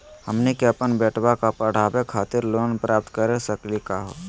हमनी के अपन बेटवा क पढावे खातिर लोन प्राप्त कर सकली का हो?